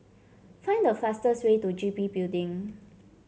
find the fastest way to G B Building